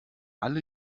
alle